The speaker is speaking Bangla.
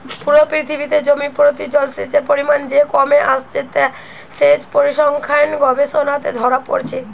পুরো পৃথিবীতে জমি প্রতি জলসেচের পরিমাণ যে কমে আসছে তা সেচ পরিসংখ্যান গবেষণাতে ধোরা পড়ছে